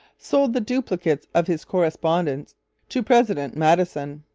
sold the duplicates of his correspondence to president madison.